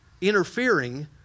interfering